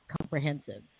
comprehensive